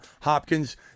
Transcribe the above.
Hopkins